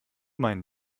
meinen